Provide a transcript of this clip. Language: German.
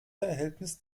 verhältnis